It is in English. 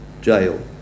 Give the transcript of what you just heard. jail